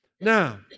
Now